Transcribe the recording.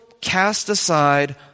cast-aside